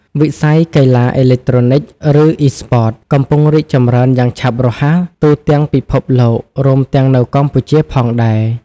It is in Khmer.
វិស័យកីឡាអេឡិចត្រូនិក ឬ អុីស្ព័ត កំពុងរីកចម្រើនយ៉ាងឆាប់រហ័សទូទាំងពិភពលោក រួមទាំងនៅកម្ពុជាផងដែរ។